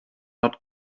not